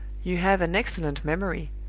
you have an excellent memory,